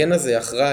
הגן הזה אחראי,